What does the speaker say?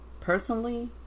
personally